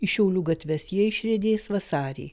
į šiaulių gatves jie išriedės vasarį